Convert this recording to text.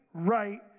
right